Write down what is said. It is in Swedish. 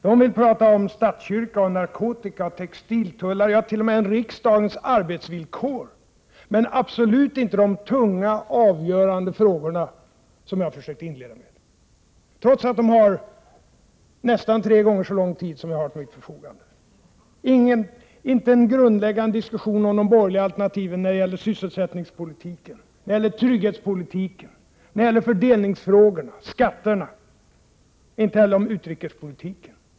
De vill prata om statskyrka, narkotika, textiltullar — ja, t.o.m. om riksdagens arbetsvillkor. Men de vill absolut inte tala om de tunga, avgörande frågorna som jag försökte inleda med, trots att de har nästan tre gånger så lång tid som jag har till mitt förfogande. Det blev inte en grundläggande diskussion om de borgerliga alternativen när det gäller sysselsättningspolitiken, trygghetspolitiken, fördelningsfrågorna, skatterna, inte heller om utrikespolitiken.